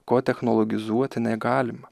ko technologizuoti negalima